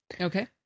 Okay